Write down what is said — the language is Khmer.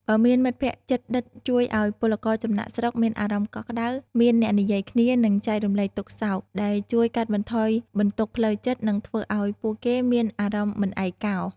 បើមានមិត្តភក្តិជិតដិតជួយឱ្យពលករចំណាកស្រុកមានអារម្មណ៍កក់ក្ដៅ មានអ្នកនិយាយគ្នា និងចែករំលែកទុក្ខសោក ដែលជួយកាត់បន្ថយបន្ទុកផ្លូវចិត្ត និងធ្វើឱ្យពួកគេមានអារម្មណ៍មិនឯកោ ។